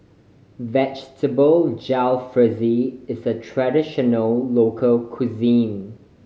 Vegetable Jalfrezi is a traditional local cuisine